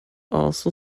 also